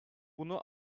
bunu